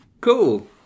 Cool